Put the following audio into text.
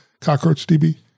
CockroachDB